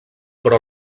però